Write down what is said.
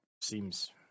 seems